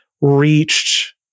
reached